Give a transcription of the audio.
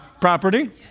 property